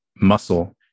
muscle